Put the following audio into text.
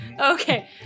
Okay